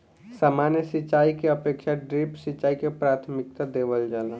सामान्य सिंचाई के अपेक्षा ड्रिप सिंचाई के प्राथमिकता देवल जाला